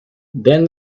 then